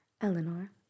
Eleanor